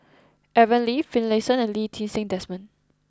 Aaron Lee Finlayson and Lee Ti Seng Desmond